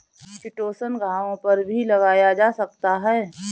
chitosan घावों पर भी लगाया जा सकता है